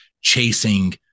chasing